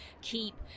keep